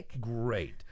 great